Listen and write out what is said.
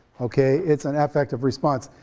okay, it's an effective response,